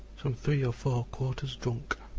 some three or four quarters drunk,